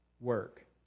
work